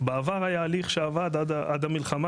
בעבר היה הליך שעבד על המלחמה,